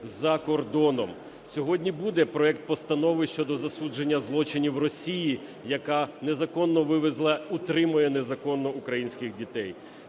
за кордоном. Сьогодні буде проект Постанови щодо засудження злочинів Росії, яка незаконно вивезла, утримує незаконно українських дітей.